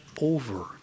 over